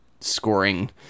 scoring